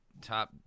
top